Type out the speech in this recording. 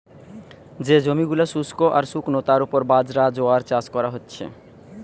যে জমি গুলা শুস্ক আর শুকনো তার উপর বাজরা, জোয়ার চাষ কোরা হচ্ছে